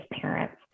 parents